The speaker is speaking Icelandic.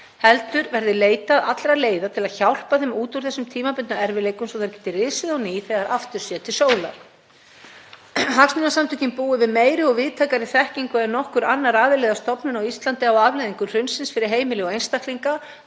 heldur verði leitað allra leiða til að hjálpa þeim út úr þessum tímabundnu erfiðleikum svo þær geti risið á ný þegar aftur sér til sólar. Hagsmunasamtök heimilanna búa yfir meiri og víðtækari þekkingu en nokkur annar aðili eða stofnun á Íslandi á afleiðingum hrunsins fyrir heimili og einstaklinga